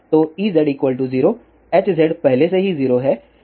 तो Ez 0 Hz पहले से ही 0 है